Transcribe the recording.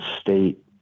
state